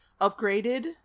upgraded